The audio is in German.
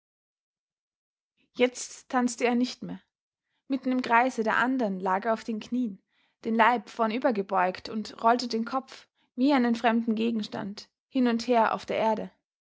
jetzt tanzte er nicht mehr mitten im kreise der andern lag er auf den knien den leib vornüber gebeugt und rollte den kopf wie einen fremden gegenstand hin und her auf der erde